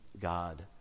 God